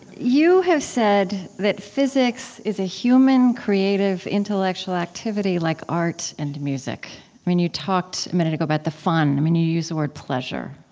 you have said that physics is a human, creative, intellectual activity like art and music. i mean, you talked a minute ago about the fun. i mean, you use the word pleasure.